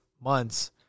months